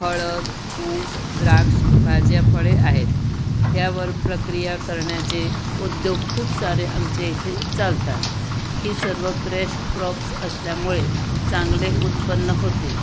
हळद ऊस द्राक्ष भाज्या फळे आहेत ह्यावर प्रक्रिया करण्याचे उद्योग खूप सारे आमच्या इथे चालतात ही सर्व क्रेश क्रॉप्स असल्यामुळे चांगले उत्पन्न होते